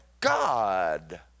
God